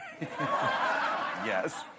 Yes